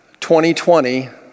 2020